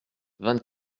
vingt